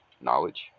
knowledge